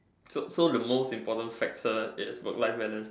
so so the most important Factor is work life balance